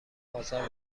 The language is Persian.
آزار